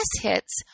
hits